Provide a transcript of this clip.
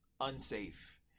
unsafe